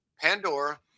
Pandora